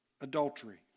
adultery